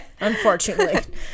Unfortunately